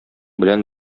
белән